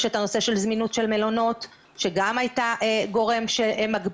יש את נושא זמינות המלונות שגם היה גורם מגביל,